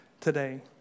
today